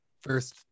first